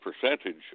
percentage